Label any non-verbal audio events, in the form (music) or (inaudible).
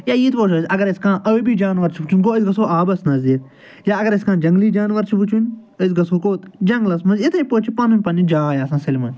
یا (unintelligible) اگر اَسہِ کانٛہہ ٲبی جانوَر چھُ وٕچھُن گوٚو أسۍ گَژھو آبَس نَزدیٖک یا اگر اَسہِ کانٛہہ جَنگلی جانوَر چھُ وٕچھُن أسۍ گَژھو کوٚت جَنگلَس مَنٛز یِتھے پٲٹھۍ چھ پَنٕنۍ پَنٕنۍ جاے آسان سٲلمَن